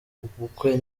ubukwe